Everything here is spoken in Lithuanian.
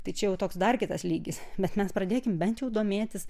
tai čia jau toks dar kitas lygis bet mes pradėkim bent jau domėtis